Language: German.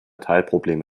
teilprobleme